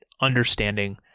understanding